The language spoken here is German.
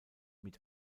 mit